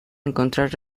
encontrar